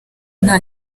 nta